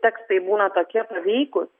tekstai būna tokie paveikūs